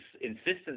insistence